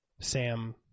Sam